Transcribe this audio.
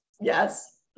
yes